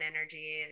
energy